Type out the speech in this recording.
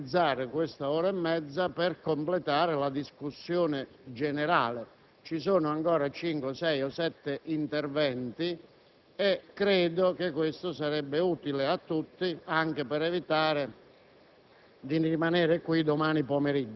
potremmo almeno utilizzare quest'ora e mezza per completare la discussione generale. Ci sono ancora cinque, sei o sette interventi e credo che questo sarebbe utile a tutti anche per evitare